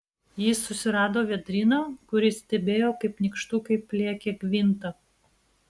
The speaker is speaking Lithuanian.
jis susirado vėdryną kuris stebėjo kaip nykštukai pliekia gvintą